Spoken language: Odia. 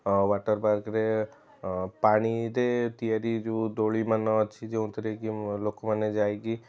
ୱାଟରପାର୍କରେ ପାଣିରେ ତିଆରି ଯେଉଁ ଦୋଳିମାନ ଅଛି ଯେଉଁଥିରେକି ଲୋକମାନେ ଯାଇକି